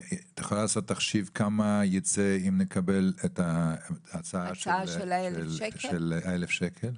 את יכולה לעשות תחשיב כמה ייצא אם נקבל את ההצעה של ה-1,000 שקלים?